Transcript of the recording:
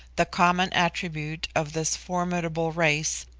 the common attribute of this formidable race,